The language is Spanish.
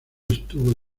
estuvo